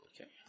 Okay